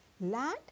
Land